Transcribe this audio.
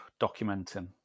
documenting